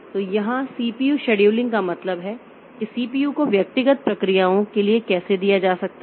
तो यहां CPU scheduling का मतलब है कि सीपीयू को व्यक्तिगत प्रक्रियाओं के लिए कैसे दिया जाता है